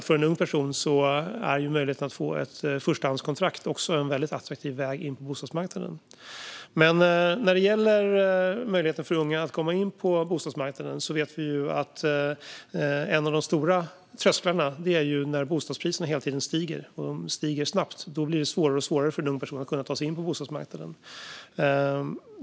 För en ung person är ju möjligheten att få ett förstahandskontrakt en väldigt attraktiv väg in på bostadsmarknaden. När det gäller möjligheten för unga att komma in på bostadsmarknaden vet vi att en av de stora trösklarna är när bostadspriserna hela tiden stiger och dessutom stiger snabbt. Då blir det svårare och svårare för en ung person att ta sig in på bostadsmarknaden.